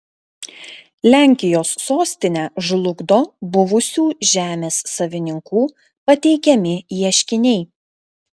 lenkijos sostinę žlugdo buvusių žemės savininkų pateikiami ieškiniai